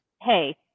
Hey